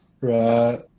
Right